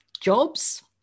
jobs